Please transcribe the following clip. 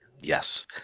Yes